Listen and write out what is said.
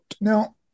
Now